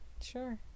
Sure